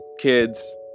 Kids